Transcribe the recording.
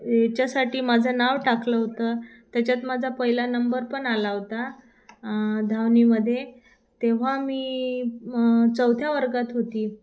याच्यासाठी माझं नाव टाकलं होतं त्याच्यात माझा पहिला नंबर पण आला होता धावणेमध्ये तेव्हा मी चौथ्या वर्गात होती